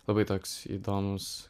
labai toks įdomus